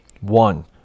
one